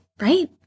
right